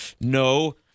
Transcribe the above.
No